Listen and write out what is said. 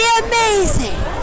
amazing